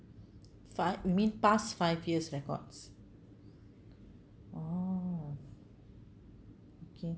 fi~ you mean past five years records oh okay